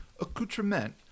accoutrement